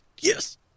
Yes